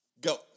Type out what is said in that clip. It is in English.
Go